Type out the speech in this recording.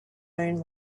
own